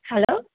hello